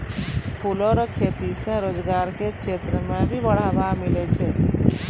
फूलो रो खेती से रोजगार के क्षेत्र मे भी बढ़ावा मिलै छै